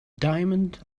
diamond